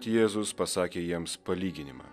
jėzus pasakė jiems palyginimą